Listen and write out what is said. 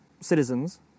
citizens